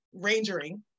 rangering